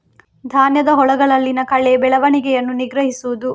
ಧಾನ್ಯದ ಹೊಲಗಳಲ್ಲಿನ ಕಳೆ ಬೆಳವಣಿಗೆಯನ್ನು ನಿಗ್ರಹಿಸುವುದು